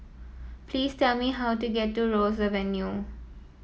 please tell me how to get to Ross Avenue